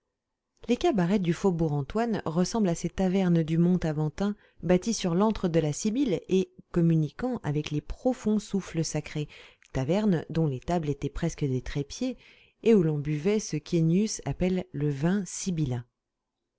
les cabarets du faubourg antoine ressemblent à ces tavernes du mont aventin bâties sur l'antre de la sibylle et communiquant avec les profonds souffles sacrés tavernes dont les tables étaient presque des trépieds et où l'on buvait ce qu'ennius appelle le vin